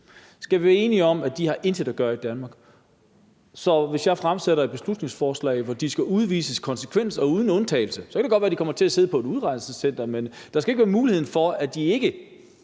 Skal vi være enige om, at de intet har at gøre i Danmark? Så hvis jeg fremsætter et beslutningsforslag, hvor de skal udvises konsekvent og uden undtagelse – så kan det godt være, at de kommer til at sidde på et udrejsecenter, men der skal ikke være mulighed for, at de ikke